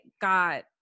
got